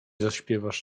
zaśpiewasz